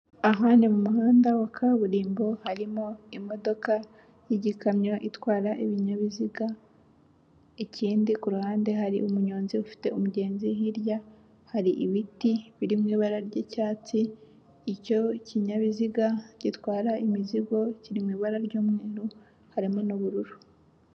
Aho ni mu muhanda wa kaburimbo harimo imodoka y'igikamyo itwara ibinyabiziga. Ikindi kuruhande hari umunyonzi ufite umugenzi, hirya hari ibiti biri mu ibara ry'icyatsi. Icyo kinyabiziga gitwara imizigo kiri mu ibara ry'umweru harimo n'ubururu.